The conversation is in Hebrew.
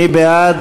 מי בעד?